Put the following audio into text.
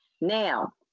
now